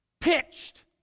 pitched